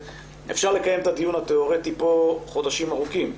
אפשר לקיים את הדיון התיאורטי פה במשך חודשים ארוכים.